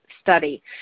study